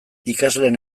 ikasleen